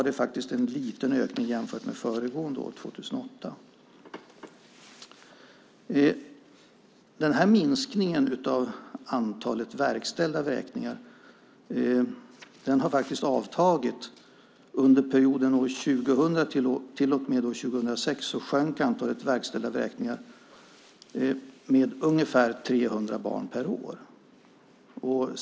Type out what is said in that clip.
Det var en liten ökning jämfört med 2008. Minskningen av antalet verkställda vräkningar har avtagit. Under perioden 2000-2006 sjönk antalet barn som berördes av verkställda vräkningar med ungefär 300 per år.